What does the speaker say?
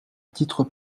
titre